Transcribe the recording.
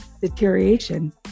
deterioration